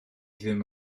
ddim